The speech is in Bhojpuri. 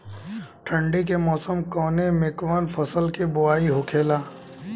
ठंडी के मौसम कवने मेंकवन फसल के बोवाई होखेला?